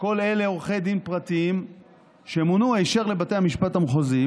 כל אלה עורכי דין פרטיים שמונו היישר לבתי המשפט המחוזיים.